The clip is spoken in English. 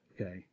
Okay